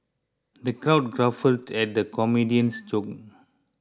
the crowd guffawed at the comedian's jokes